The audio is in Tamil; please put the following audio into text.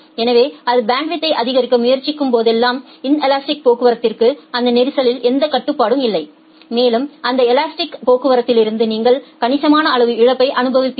எனவே அது பேண்ட்வித்யை அதிகரிக்க முயற்சிக்கும் போதெல்லாம் இன்லஸ்ட்டிக் போக்குவரத்திற்கு அந்த நெரிசலில் எந்த கட்டுப்பாடும் இல்லை மேலும் அந்த இன்லஸ்ட்டிக் போக்குவரத்திலிருந்து நீங்கள் கணிசமான அளவு இழப்பை அனுபவிப்பீர்கள்